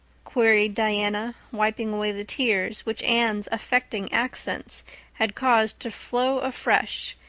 queried diana, wiping away the tears which anne's affecting accents had caused to flow afresh,